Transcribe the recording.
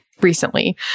recently